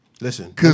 Listen